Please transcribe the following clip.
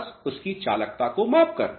बस उसकी चालकता को मापकर